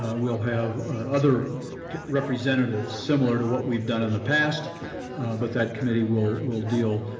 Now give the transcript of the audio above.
we'll have other representatives similar to what we've done in the past but that committee will will deal